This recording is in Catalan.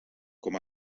com